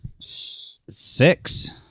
six